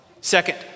Second